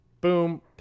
boom